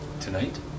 Tonight